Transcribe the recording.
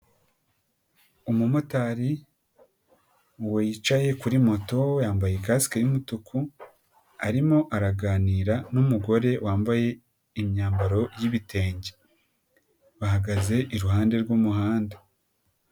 Umumotari wicaye kuri moto yambaye kasike y'umutuku arimo araganira n'umugore wambaye imyambaro y'ibitenge, bahagaze iruhande rw'umuhanda.